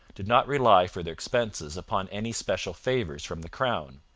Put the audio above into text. did not rely for their expenses upon any special favours from the crown.